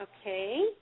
Okay